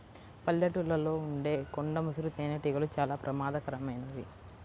పల్లెటూళ్ళలో ఉండే కొండ ముసురు తేనెటీగలు చాలా ప్రమాదకరమైనవి